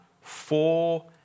four